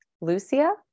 Lucia